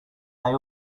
they